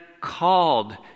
called